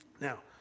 Now